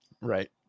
Right